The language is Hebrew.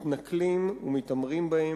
מתנכלים ומתעמרים בהם.